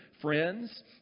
friends